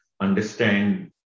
understand